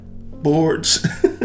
boards